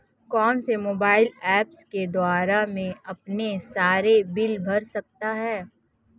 कौनसे mobile apps के द्वारा मैं अपने सारे बिल भर सकता हूं?